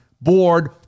board